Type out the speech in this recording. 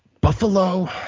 Buffalo